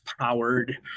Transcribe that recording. powered